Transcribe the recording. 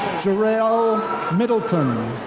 gerale middleton.